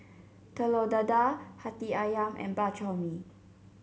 Telur Dadah Hati ayam and Bak Chor Mee